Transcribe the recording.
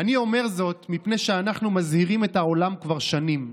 "אני אומר זאת מפני שאנחנו מזהירים את העולם כבר שנים"